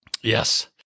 Yes